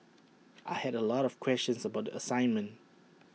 I had A lot of questions about the assignment